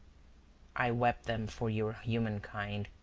i wept them for your humankind.